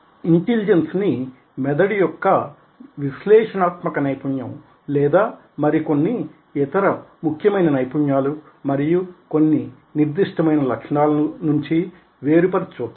intelligence ని మెదడు యొక్క విశ్లేషణాత్మక నైపుణ్యం లేదా మరి కొన్ని ఇతర ముఖ్యమైన నైపుణ్యాలు మరియు కొన్ని నిర్దిష్టమైన లక్షణాల నుంచి వేరు పరచి చూద్దాం